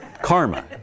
karma